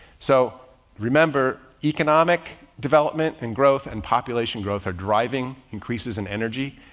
so remember economic development and growth and population growth are driving increases in energy,